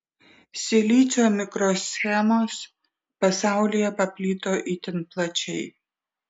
silicio mikroschemos pasaulyje paplito itin plačiai